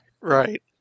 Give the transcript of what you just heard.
Right